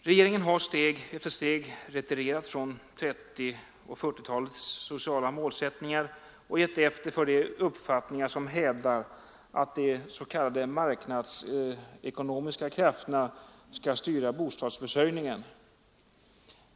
Regeringen har steg för steg retirerat från 1930 och 1940-talens sociala målsättningar och gett efter för de uppfattningar som hävdar att de s.k. marknadsekonomiska krafterna skall styra bostadsförsörjningen.